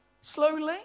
slowly